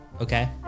Okay